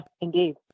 indeed